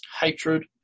hatred